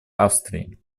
австрии